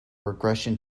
regression